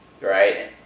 Right